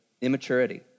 immaturity